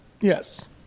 yes